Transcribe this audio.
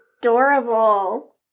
adorable